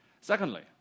Secondly